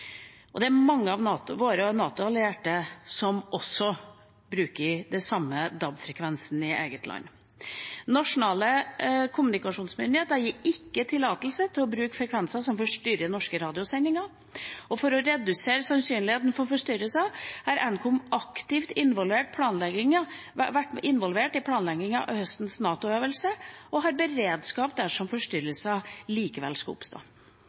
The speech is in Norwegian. og det er mange av våre NATO-allierte som også bruker den samme DAB-frekvensen i eget land. Nasjonale kommunikasjonsmyndigheter gir ikke tillatelse til å bruke frekvenser som forstyrrer norske radiosendinger, og for å redusere sannsynligheten for forstyrrelser har Nkom aktivt vært involvert i planleggingen av høstens NATO-øvelse, og de har beredskap dersom forstyrrelser likevel skulle oppstå.